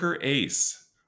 ace